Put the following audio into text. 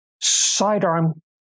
Sidearm